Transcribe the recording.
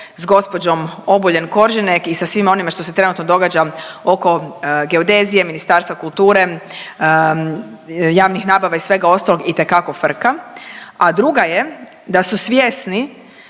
s gđom. Obuljen Koržinek i sa svima onima što se trenutno događa oko Geodezije, Ministarstva kulture, javnih nabava i svega ostalog, itekako frka, a druga je da su svjesni